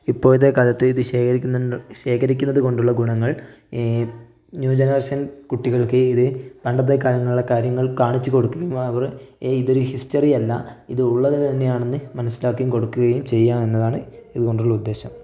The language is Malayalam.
ഇപ്പോഴത്തെക്കാലത്ത് ഇത് ശേഖരിക്കുന്നതുകൊണ്ടുള്ള ഗുണങ്ങൾ ന്യൂ ജനറേഷൻ കുട്ടികൾക്ക് ഇത് പണ്ടത്തെ കാലങ്ങളിലെ കാര്യങ്ങൾ കാണിച്ചു കൊടുക്കുകയും അവർ ഇതൊരു ഹിസ്റ്ററി അല്ല ഇത് ഉള്ളത് തന്നെയാണെന്ന് മനസ്സിലാക്കുകയും കൊടുക്കുകയും ചെയ്യാം എന്നതാണ് ഇതു കൊണ്ടുള്ള ഉദ്ദേശം